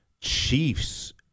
Chiefs